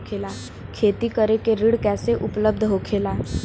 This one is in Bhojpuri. खेती करे के ऋण कैसे उपलब्ध होखेला?